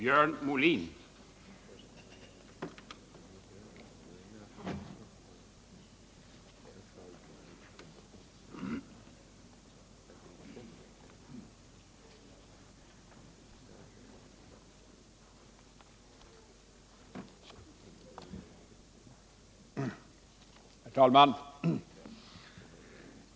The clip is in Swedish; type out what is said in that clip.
Herr talman!